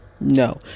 No